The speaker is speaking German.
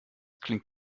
klingt